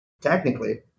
Technically